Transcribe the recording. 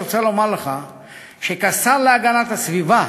אני רוצה לומר לך שכשר להגנת הסביבה